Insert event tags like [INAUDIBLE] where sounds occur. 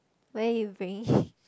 where you bringing [BREATH]